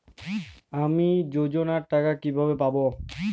আমি যোজনার টাকা কিভাবে পাবো?